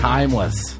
Timeless